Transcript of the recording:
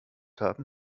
haben